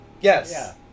Yes